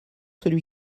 celui